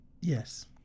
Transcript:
Yes